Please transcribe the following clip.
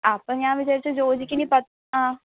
അപ്പം ഞാൻ വിചാരിച്ചു ജോജിക്ക് ഇനി അ